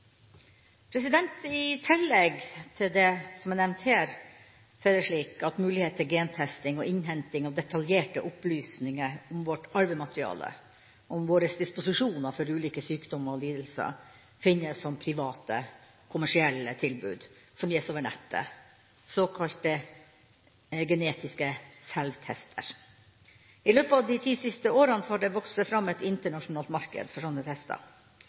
I tillegg til det som er nevnt her, er det slik at mulighet til gentesting og innhenting av detaljerte opplysninger om vårt arvemateriale og om våre disposisjoner for ulike sykdommer og lidelser finnes som private, kommersielle tilbud som gis over nettet, såkalte genetiske selvtester. I løpet av de ti siste årene har det vokst fram et internasjonalt marked for slike tester.